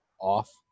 off